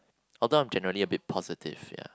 although I'm generally a bit positive ya